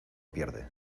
pierde